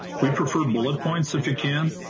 we prefer, bullet points, if you can.